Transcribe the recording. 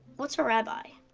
what's a rabbi?